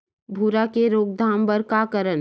भूरा के रोकथाम बर का करन?